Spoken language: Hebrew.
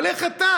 אבל איך אתה?